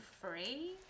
free